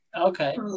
Okay